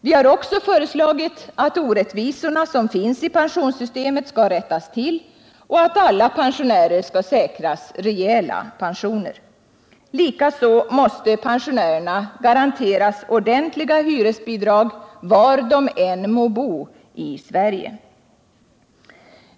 Vi har också föreslagit att orättvisorna i pensionssystemet skall elimineras och att alla pensionärer skall säkras rejäla pensioner. Likaså måste pensionärerna garanteras ordentliga hyresbidrag var de än må bo i Sverige.